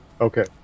Okay